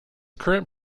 current